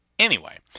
anyway,